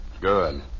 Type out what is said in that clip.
Good